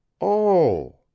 Oh